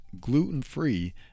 gluten-free